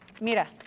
mira